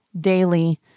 daily